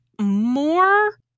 more